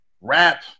rap